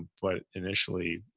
but initially,